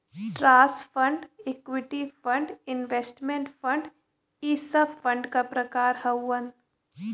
trust fund equity fund investment fund इ सब fund क प्रकार हउवन